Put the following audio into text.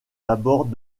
abords